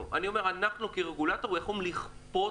אנחנו אנחנו כרגולטור יכולים לכפות